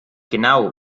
genau